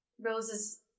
Rose's